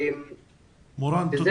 אנחנו